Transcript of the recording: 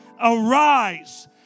Arise